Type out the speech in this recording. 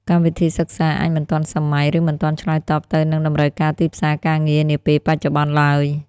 កម្មវិធីសិក្សាអាចមិនទាន់សម័យ ឬមិនទាន់ឆ្លើយតបទៅនឹងតម្រូវការទីផ្សារការងារនាពេលបច្ចុប្បន្នឡើយ។